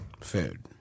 Food